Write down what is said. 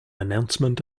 announcement